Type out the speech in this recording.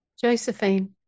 Josephine